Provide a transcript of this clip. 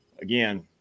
Again